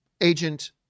Agent